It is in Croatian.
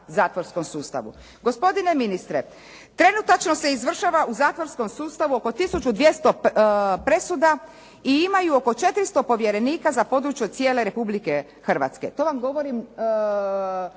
zatvorskom sustavu. Gospodine ministre, trenutačno se izvršava u zatvorskom sustavu oko 1200 presuda i imaju oko 400 povjerenika za područje od cijele Republike Hrvatske. To vam govorim